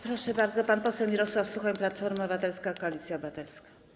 Proszę bardzo, pan poseł Mirosław Suchoń, Platforma Obywatelska - Koalicja Obywatelska.